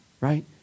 right